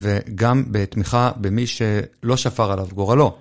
וגם בתמיכה במי שלא שפר עליו גורלו.